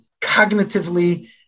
cognitively